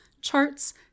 charts